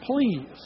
Please